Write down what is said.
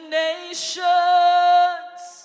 nations